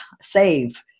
save